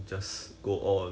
ya ya lor